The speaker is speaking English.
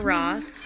Ross